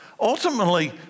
Ultimately